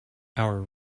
our